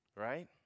Right